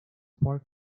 park